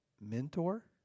mentor